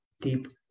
deep